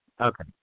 Okay